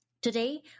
Today